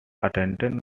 attendant